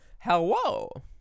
Hello